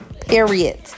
period